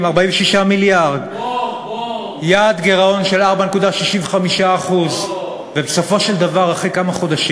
אדוני היושב-ראש, חברי חברי הכנסת, כבוד השר הסביר